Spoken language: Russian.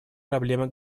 проблема